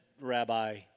rabbi